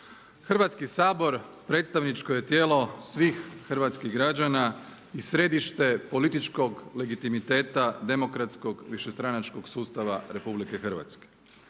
Hrvatski sabor predstavničko je tijelo svih hrvatskih građana i središte političkog legitimiteta demokratskog višestranačkog sustava Republike Hrvatske.